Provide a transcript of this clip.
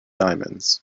diamonds